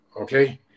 okay